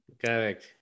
correct